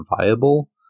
viable